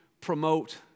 promote